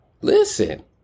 Listen